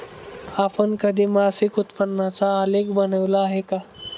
आपण कधी मासिक उत्पन्नाचा आलेख बनविला आहे का?